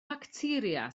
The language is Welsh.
facteria